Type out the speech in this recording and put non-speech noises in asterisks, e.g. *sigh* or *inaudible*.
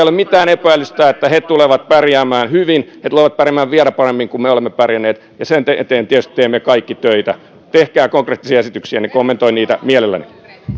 *unintelligible* ole mitään epäilystä että he tulevat pärjäämään hyvin he tulevat pärjäämään vielä paremmin kuin me olemme pärjänneet ja sen eteen tietysti teemme kaikki töitä tehkää konkreettisia esityksiä niin kommentoin niitä mielelläni